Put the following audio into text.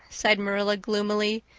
sighed marilla gloomily,